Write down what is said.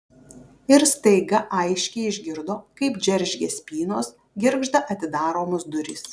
ir staiga aiškiai išgirdo kaip džeržgia spynos girgžda atidaromos durys